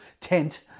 tent